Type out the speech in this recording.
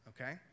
okay